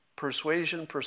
persuasion